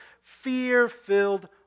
fear-filled